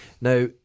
Now